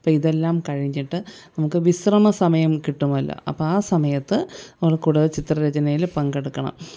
അപ്പോൾ ഇതെല്ലാം കഴിഞ്ഞിട്ട് നമുക്ക് വിശ്രമ സമയം കിട്ടുമല്ലോ അപ്പോൾ ആ സമയത്ത് നമ്മൾ കൂടുതൽ ചിത്രരചനയിൽ പങ്കെടുക്കണം